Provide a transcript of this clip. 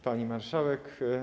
Pani Marszałek!